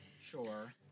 Sure